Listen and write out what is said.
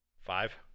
five